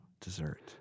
dessert